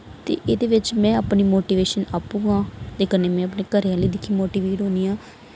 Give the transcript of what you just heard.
ते एह्दे बिच में अपनी मोटिवेशन आपूं आं ते कन्नै में अपने घरे आह्लें दिक्खी मोटीवेट होन्नी आं